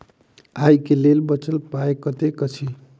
आइ केँ लेल बचल पाय कतेक अछि?